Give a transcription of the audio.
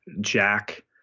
Jack